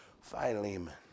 Philemon